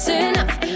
enough